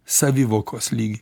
savivokos lygį